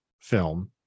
film